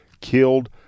killed